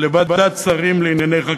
לוועדת שרים לענייני חקיקה,